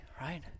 Right